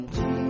Jesus